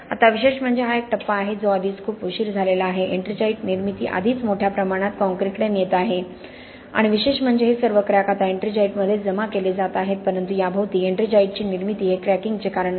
आता विशेष म्हणजे हा एक टप्पा आहे जो आधीच खूप उशीर झालेला आहे एट्रिंगाईट निर्मिती आधीच मोठ्या प्रमाणात क्रॅकिंगकडे नेत आहे आणि विशेष म्हणजे हे सर्व क्रॅक आता एट्रिंजाइटमध्ये जमा केले जात आहेत परंतु याभोवती एट्रिंगाइटची निर्मिती हे क्रॅकिंगचे कारण नाही